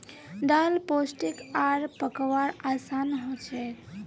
दाल पोष्टिक आर पकव्वार असान हछेक